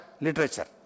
literature